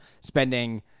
spending